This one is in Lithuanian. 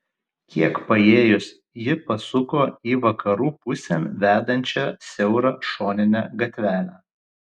kiek paėjus ji pasuko į vakarų pusėn vedančią siaurą šoninę gatvelę